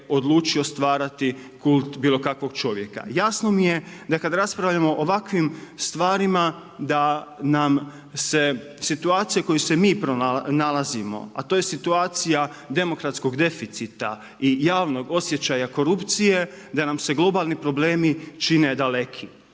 odlučio stvarati bilo kakvog čovjeka. Jasno mi je da kad raspravljamo o ovakvim stvarima da nam se situacija u kojoj se mi pronalazimo, a to je situacija demokratskog deficita i javnog osjećaja korupcije, da nam se globalni problemi čine daleki.